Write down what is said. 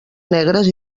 negres